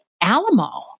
Alamo